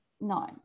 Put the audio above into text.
No